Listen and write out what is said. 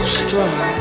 strong